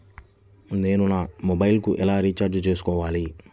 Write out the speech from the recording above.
నేను నా మొబైల్కు ఎలా రీఛార్జ్ చేసుకోవాలి?